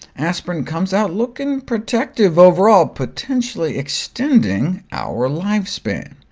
aspirin comes out looking protective overall, potentially extending our lifespan.